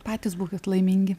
patys būkit laimingi